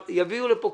יביאו לכאן קיצוץ,